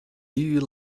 you